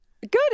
Good